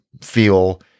feel